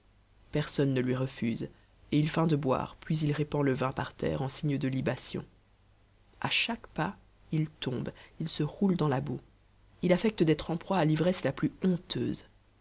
personne ne lui refuse et il feint de boire puis il répand le vin par terre en signe de libation à chaque pas il tombe il se roule dans la boue il affecte d'être en proie à l'ivresse la plus honteuse